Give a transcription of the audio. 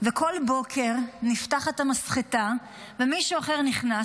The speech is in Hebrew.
ובכל בוקר נפתחת המסחטה ומישהו אחר נכנס